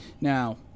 Now